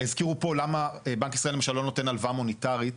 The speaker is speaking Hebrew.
הזכירו פה למה בנק ישראל למשל לא נותן הלוואה מוניטרית,